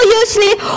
usually